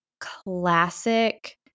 classic